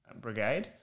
brigade